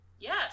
Yes